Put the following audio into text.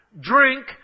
Drink